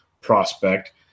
prospect